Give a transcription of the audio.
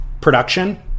production